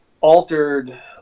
altered